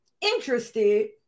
interested